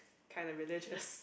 kinda religious